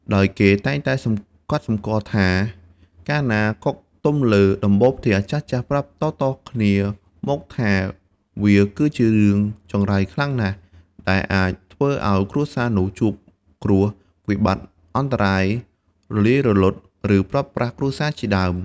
ដោយគេតែងតែកត់សម្គាល់ថា កាលណាកុកទំលើដំបូលផ្ទះ ចាស់ៗប្រាប់តៗគ្នាមកថា វាគឺជារឿងចង្រៃខ្លាំងណាស់ ដែលអាចធ្វើឲ្យគ្រួសារនោះជួបគ្រោះវិបត្តិអន្តរាយ រលាយរលត់ ឬព្រាត់ប្រាសគ្រួសារជាដើម។